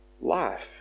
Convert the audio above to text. life